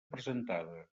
presentada